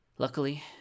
Luckily